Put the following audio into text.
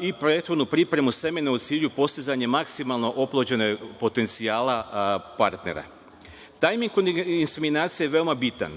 i prethodnu pripremu semena u cilju postizanja maksimalnog oplodnog potencijala partnera. Tajming kod inseminacije je veoma bitan